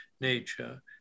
nature